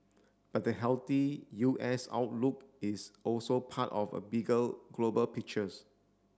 but the healthy U S outlook is also part of a bigger global pictures